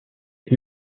est